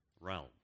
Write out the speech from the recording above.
realm